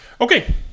Okay